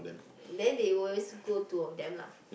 then they will always go two of them lah